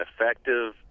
effective